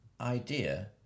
idea